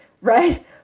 right